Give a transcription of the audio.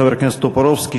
חבר הכנסת טופורובסקי,